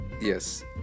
yes